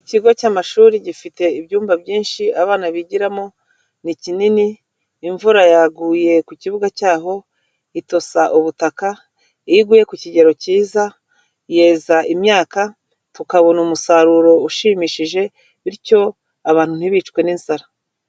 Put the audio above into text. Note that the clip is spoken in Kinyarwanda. Ikigo cy'amashuri gifite ibyumba byinshi abana bigiramo, ni kinini imvura yaguye ku kibuga cyaho itosa ubutaka, iyo iguye ku kigero cyiza yeza imyaka tukabona umusaruro ushimishije bityo abantu ntibicwe n'inzara.